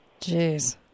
Jeez